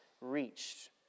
reached